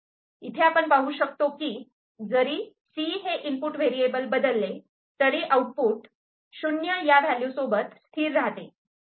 इथे आपण पाहू शकतो की जरी 'C' हे इनपुट व्हेरिएबल बदलले तरी आउटपुट '0' या व्हॅल्यू सोबत स्थिर राहते